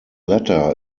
latter